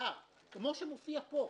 כמו שמופיע פה.